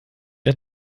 der